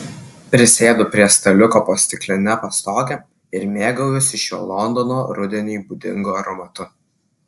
prisėdu prie staliuko po stikline pastoge ir mėgaujuosi šiuo londono rudeniui būdingu aromatu